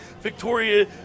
Victoria